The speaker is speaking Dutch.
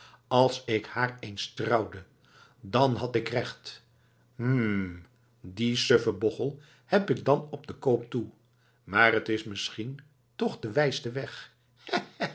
als ik haar eens trouwde dan had ik recht hm dien suffen bochel heb ik dan op den koop toe maar t is misschien toch de wijste weg